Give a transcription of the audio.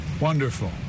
Wonderful